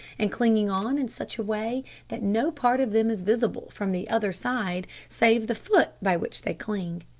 and clinging on in such a way that no part of them is visible from the other side save the foot by which they cling.